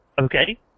Okay